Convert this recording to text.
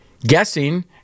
guessing